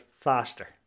faster